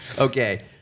Okay